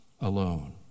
alone